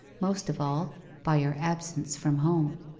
most of all by your absence from home.